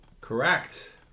Correct